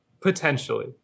potentially